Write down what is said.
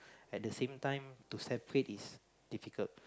at the same time to separate it's difficult